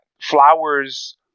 flowers